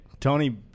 tony